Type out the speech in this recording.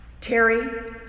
Terry